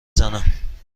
زنم